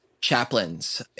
chaplains